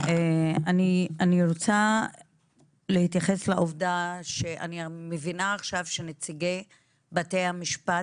אני רוצה להתייחס לעובדה שאני מבינה עכשיו שנציגי בתי המשפט,